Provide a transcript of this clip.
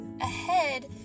ahead